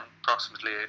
approximately